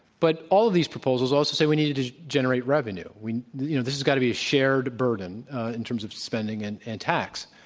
but, all of these proposals also say we need to generate revenue. you know this has got to be a shared burden in terms of spending and and tax.